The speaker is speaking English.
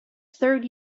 third